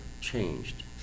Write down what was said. changed